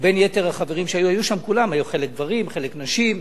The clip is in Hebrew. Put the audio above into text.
היו שם כולם, חלק גברים, חלק נשים,